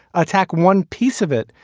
attack one piece of it.